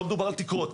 לא מדובר על תקרות.